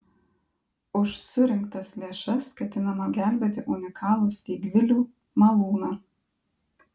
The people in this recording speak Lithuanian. už surinktas lėšas ketinama gelbėti unikalų steigvilių malūną